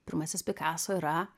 pirmasis pikaso yra